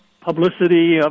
publicity